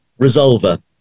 resolver